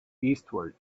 eastward